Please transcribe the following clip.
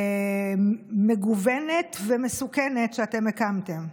מגוונת ומסוכנת שאתם הקמתם.